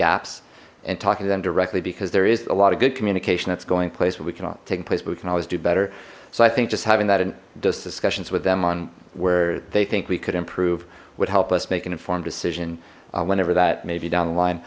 gaps and talking to them directly because there is a lot of good communication that's going place but we cannot take place but we can always do better so i think just having that in those discussions with them on where they think we could improve would help us make an informed decision whenever that may be down the line